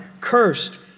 Cursed